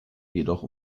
jedoch